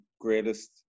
greatest